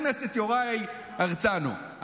חבר הכנסת יוראי הרצנו,